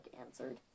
answered